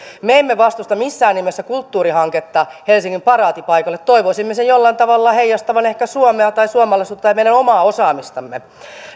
me emme vastusta missään nimessä kulttuurihanketta helsingin paraatipaikalle toivoisimme sen jollain tavalla heijastavan ehkä suomea tai suomalaisuutta ja meidän omaa osaamistamme